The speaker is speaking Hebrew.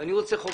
ואני רוצה חוק